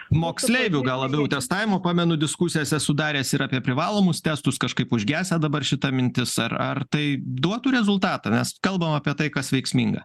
moksleivių gal labiau testavimo pamenu diskusijas esu daręs ir apie privalomus testus kažkaip užgesę dabar šita mintis ar ar tai duotų rezultatą nes kalbam apie tai kas veiksminga